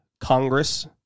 Congress